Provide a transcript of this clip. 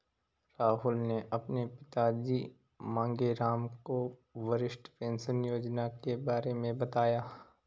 राहुल ने अपने पिताजी मांगेराम को वरिष्ठ पेंशन योजना के बारे में बताया